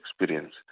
experience